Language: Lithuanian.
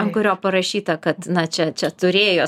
ant kurio parašyta kad čia čia turėjo